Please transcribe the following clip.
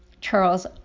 Charles